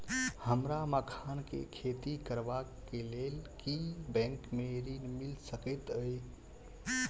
हमरा मखान केँ खेती करबाक केँ लेल की बैंक मै ऋण मिल सकैत अई?